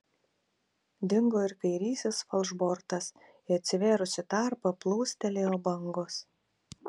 dingo ir kairysis falšbortas į atsivėrusį tarpą plūstelėjo bangos